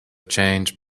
changed